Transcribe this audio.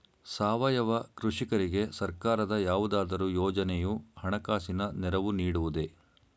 ಸಾವಯವ ಕೃಷಿಕರಿಗೆ ಸರ್ಕಾರದ ಯಾವುದಾದರು ಯೋಜನೆಯು ಹಣಕಾಸಿನ ನೆರವು ನೀಡುವುದೇ?